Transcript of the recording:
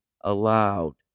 allowed